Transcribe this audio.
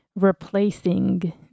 replacing